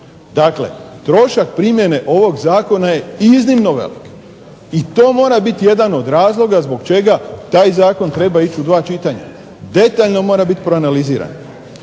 Dakle, trošak primjene ovog Zakona je iznimno velik i to mora biti jedan od razloga zbog čega taj zakon treba ići u dva čitanja. Detaljno mora biti proanaliziran.